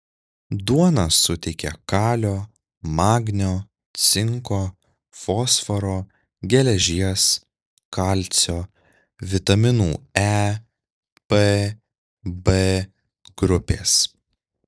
duona suteikia kalio magnio cinko fosforo geležies kalcio vitaminų e p b grupės